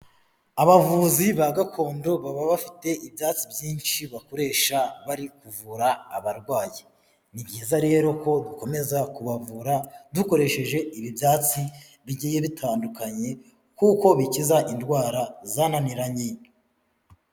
Abavuzi ba gakondo baba bafite ibyatsi byinshi bakoresha bari kuvura abarwayi. Ni byiza rero ko dukomeza kubavura, dukoresheje ibi ibyatsi bigiye bitandukanye kuko bikiza indwara zananiranye.